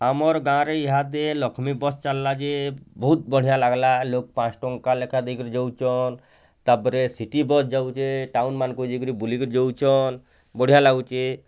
ଆମର୍ ଗାଁରେ ଇହାଦେ ଲକ୍ଷ୍ନୀ ବସ୍ ଚାଲିଲା ଯେ ବହୁତ୍ ବଢ଼ିଆ ଲାଗିଲା ଲୋକ୍ ପାଞ୍ଚ ଟଙ୍କା ଲେଖାଁ ଦେଇ କରି ଯାଉଛନ୍ ତା'ପରେ ସିଟି ବସ୍ ଯାଉଛେଁ ଟାଉନ୍ ମାନଙ୍କୁ ଯାଇ ବୁଲି କରି ଯାଉଛନ୍ ବଢ଼ିଆ ଲାଗୁଛି